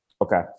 Okay